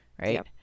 right